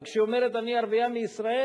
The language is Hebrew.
וכשהיא אומרת: אני ערבייה מישראל,